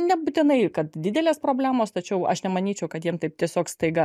nebūtinai kad didelės problemos tačiau aš nemanyčiau kad jiem taip tiesiog staiga